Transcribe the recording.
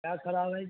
کیا کھراب ہے